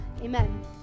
Amen